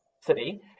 city